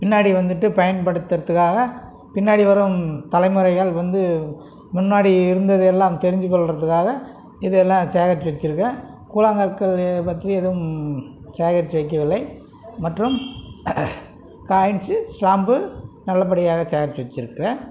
பின்னாடி வந்துட்டு பயன்படுத்துருத்துக்காக பின்னாடி வரும் தலைமுறைகள் வந்து முன்னாடி இருந்ததை எல்லாம் தெரிஞ்சு கொள்வதுக்காக இதையெல்லாம் சேகரித்து வச்சுருக்கேன் கூழாங்கற்கள் பற்றி எதுவும் சேகரித்து வைக்கவில்லை மற்றும் காயின்ஸ்ஸு ஸ்டாம்ப்பு நல்லப்படியாக தயாரித்து வச்சுருக்குறேன்